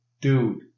dude